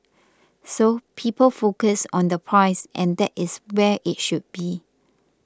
so people focus on the price and that is where it should be